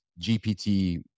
gpt